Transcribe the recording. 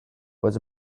was